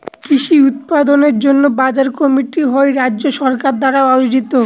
কৃষি উৎপাদনের জন্য বাজার কমিটি হয় রাজ্য সরকার দ্বারা আয়োজিত